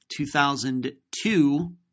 2002